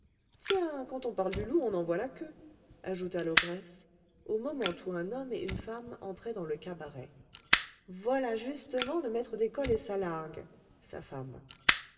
tiens quand on parle du loup on en voit la queue ajouta l'ogresse au moment où un homme et une femme entraient dans le cabaret voilà justement le maître d'école et sa largue